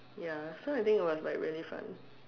ya so I think it was like very fun